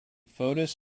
foetus